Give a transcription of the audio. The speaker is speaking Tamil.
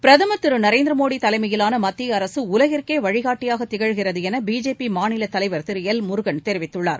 பிரதம் திருநரேந்திரமோடிதலைமையிலானமத்தியஅரசுஉலகிற்கேவழிகாட்டியாகதிகழ்கிறதுஎனபி ஜே பிமாநிலதலைவர் திருஎல் முருகன் தெரிவித்துள்ளார்